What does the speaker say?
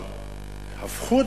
הפכו,